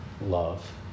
love